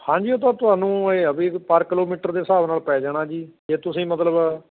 ਹਾਂਜੀ ਉਹ ਤਾਂ ਤੁਹਾਨੂੰ ਇਹ ਆ ਵੀ ਪਰ ਕਿਲੋਮੀਟਰ ਦੇ ਹਿਸਾਬ ਨਾਲ ਪੈ ਜਾਣਾ ਜੀ ਜੇ ਤੁਸੀਂ ਮਤਲਬ